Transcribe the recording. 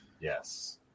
yes